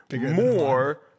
more